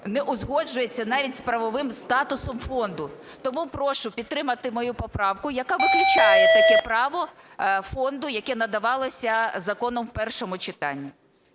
не узгоджується навіть з правовим статусом фонду. Тому прошу підтримати мою поправку, яка виключає таке право фонду, яке надавалося законом у першому читанні.